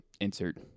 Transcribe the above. insert